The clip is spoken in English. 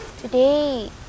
Today